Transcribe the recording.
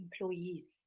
employees